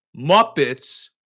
Muppets